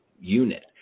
unit